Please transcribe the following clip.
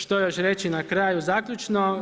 Što još reći, na kraju zaključno?